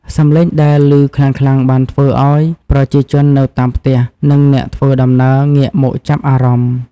សំឡេងដែលឮខ្លាំងៗបានធ្វើឱ្យប្រជាជននៅតាមផ្ទះ និងអ្នកធ្វើដំណើរងាកមកចាប់អារម្មណ៍។